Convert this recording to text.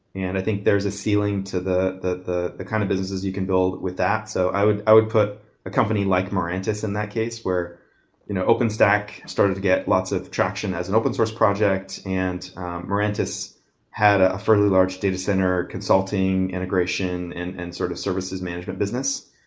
and i think there's a ceiling to the the kind of businesses you can build with that. so i would i would put a company like mirantis in that case where you know open stack started to get lots of traction as an open source project and mirantis had a fairly large data center consulting, integration and and sort of services management business.